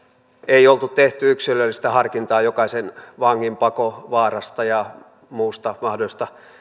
ei oltu tehty yksilöllistä harkintaa jokaisen vangin pakovaarasta ja muusta mahdollisesta